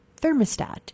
thermostat